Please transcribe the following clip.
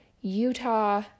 Utah